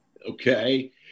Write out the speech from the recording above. Okay